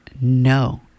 no